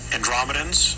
Andromedans